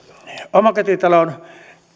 omakotitalon